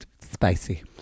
Spicy